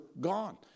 gone